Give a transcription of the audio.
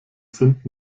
sind